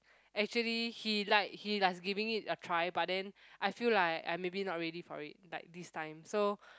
actually he like he like giving it a try but then I feel like I maybe not ready for it like this time so